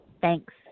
Thanks